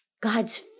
God's